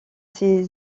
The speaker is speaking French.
ses